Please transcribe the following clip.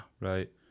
Right